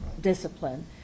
discipline